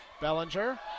Bellinger